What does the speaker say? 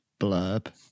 blurb